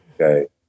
Okay